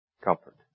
comfort